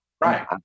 right